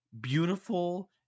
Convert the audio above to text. beautiful